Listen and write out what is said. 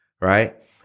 right